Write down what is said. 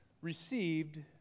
received